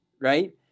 right